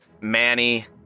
Manny